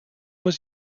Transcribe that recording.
was